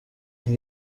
این